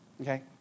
okay